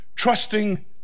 trusting